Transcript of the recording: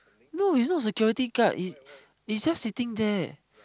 no he's not security guard he he's just sitting there